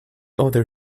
other